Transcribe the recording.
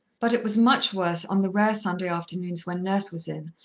but it was much worse on the rare sunday afternoons when nurse was in,